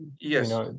yes